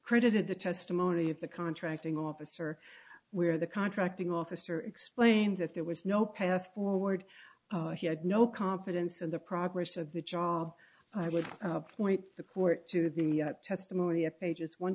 credited the testimony of the contracting officer where the contracting officer explained that there was no path forward he had no confidence in the progress of the job i would point the court to the testimony of pages one